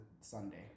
Sunday